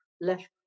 left